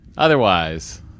Otherwise